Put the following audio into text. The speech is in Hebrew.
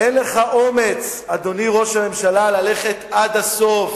אין לך אומץ, אדוני ראש הממשלה, ללכת עד הסוף